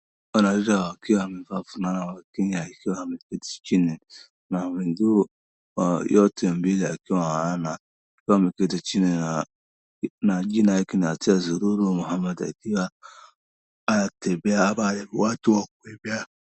Wanariadha wakiwa wamevaa fulana na Kenya wakiwa wameketi chini, na miguu kwa yote mbili akiwa hawana wakiwa wameketi chini. Na jina yake achia Ayisa Sururu Mohammed akiwa anatembea ama watu waku kimbia.